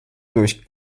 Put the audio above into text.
durch